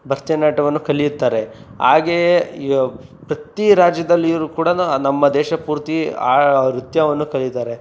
ಭರತನಾಟ್ಯವನ್ನು ಕಲಿಯುತ್ತಾರೆ ಹಾಗೆಯೇ ಇವಾಗ ಪ್ರತಿ ರಾಜ್ಯದಲ್ಲಿಯವರು ಕೂಡ ನಮ್ಮ ದೇಶ ಪೂರ್ತಿ ಆ ನೃತ್ಯವನ್ನು ಕಲಿತಾರೆ